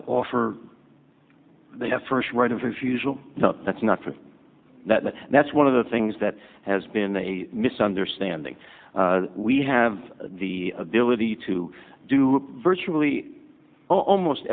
to offer they have first right of refusal that's not for that but that's one of the things that has been a misunderstanding we have the ability to do virtually almost